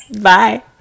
bye